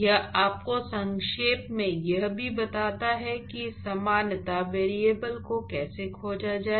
यह आपको संक्षेप में यह भी बताता है कि समानता वेरिएबल को कैसे खोजा जाए